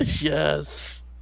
yes